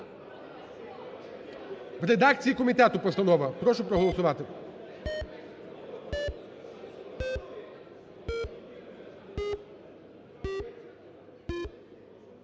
В редакції комітету постанова, прошу проголосувати.